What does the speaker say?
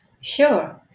Sure